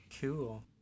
Cool